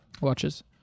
Watches